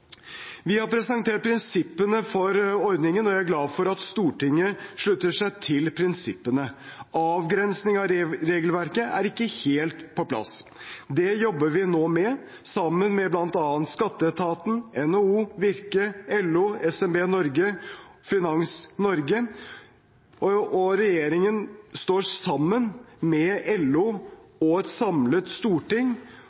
Vi har presentert prinsippene for ordningen, og jeg er glad for at Stortinget slutter seg til disse. Avgrensningen av regelverket er ikke helt på plass. Det jobber vi med nå, sammen med bl.a. skatteetaten, NHO, Virke, LO, SMB Norge og Finans Norge. At regjeringen står sammen med